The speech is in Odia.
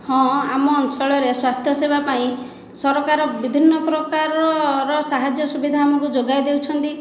ହଁ ଆମ ଅଞ୍ଚଳରେ ସ୍ୱାସ୍ଥ୍ୟ ସେବା ପାଇଁ ସରକାର ବିଭିନ୍ନ ପ୍ରକାରର ସାହାଯ୍ୟ ସୁବିଧା ଆମକୁ ଯୋଗାଇଦେଉଛନ୍ତି